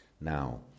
Now